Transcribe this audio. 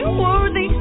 Worthy